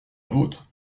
vôtre